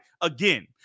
again